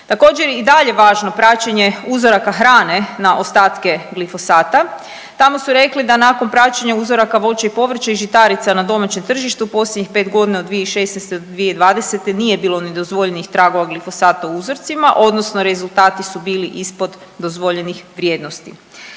Također je i dalje važno praćenje uzoraka hrane na ostatke glifosata. Tamo su rekli da nakon praćenja voća i povrća i žitarica na domaćem tržištu posljednjih pet godina od 2016.-2020. nije bilo nedozvoljenih tragova glifosata u uzorcima odnosno rezultati su bili ispod dozvoljenih vrijednosti.